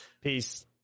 peace